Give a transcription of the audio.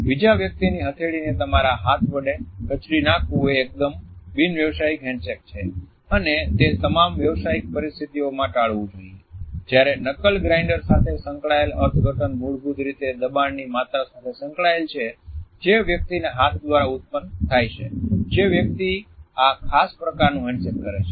બીજા વ્યક્તિની હથેળીને તમારા હાથ વડે કચડી નાખવું એ એકદમ બિનવ્યાવસાયિક હેન્ડશેક છે અને તે તમામ વ્યાવસાયિક પરિસ્થિતિઓમાં ટાળવું જોઈએ જયારે નકલ ગ્રાઇન્ડર સાથે સંકળાયેલ અર્થઘટન મૂળભૂત રીતે દબાણની માત્રા સાથે સંકળાયેલ છે જે વ્યક્તિના હાથ દ્વારા ઉત્પન્ન થાય છે જે વ્યક્તિ આ ખાસ પ્રકાર નું હેન્ડશેક કરે છે